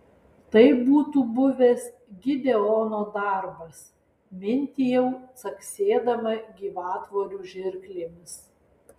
tai būtų buvęs gideono darbas mintijau caksėdama gyvatvorių žirklėmis